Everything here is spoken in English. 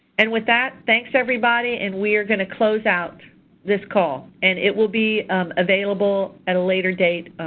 and with that, thanks everybody and we're going to closeout this call, and it will be available at a later date.